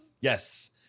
Yes